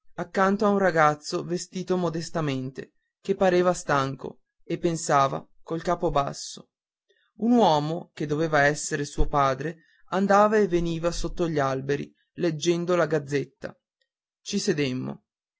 accanto a un ragazzo vestito modestamente che pareva stanco e pensava col capo basso un uomo che doveva essere suo padre andava e veniva sotto gli alberi leggendo la gazzetta ci sedemmo